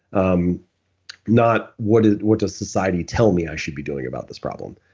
um not, what does what does society tell me i should be doing about this problem?